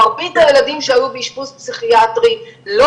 מרבית הילדים שהיו באשפוז פסיכיאטרי לא